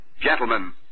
Gentlemen